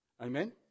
Amen